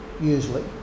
usually